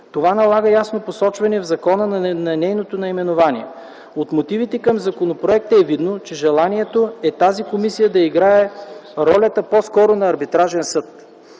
Това налага ясно посочване в закона на наименованието й. От мотивите към законопроекта е видно, че желанието е тази комисия да играе ролята по-скоро на Арбитражен съд.